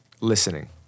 Listening